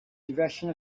direction